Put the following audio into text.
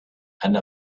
and